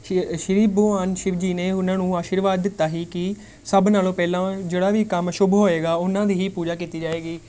ਸ਼ ਸ਼੍ਰੀ ਭਗਵਾਨ ਸ਼ਿਵ ਜੀ ਨੇ ਉਹਨਾਂ ਨੂੰ ਆਸ਼ੀਰਵਾਦ ਦਿੱਤਾ ਸੀ ਕਿ ਸਭ ਨਾਲੋਂ ਪਹਿਲਾਂ ਜਿਹੜਾ ਵੀ ਕੰਮ ਸ਼ੁਭ ਹੋਵੇਗਾ ਉਹਨਾਂ ਦੀ ਹੀ ਪੂਜਾ ਕੀਤੀ ਜਾਵੇਗੀ